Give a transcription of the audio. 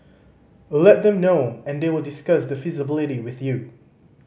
let them know and they will discuss the feasibility with you